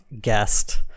guest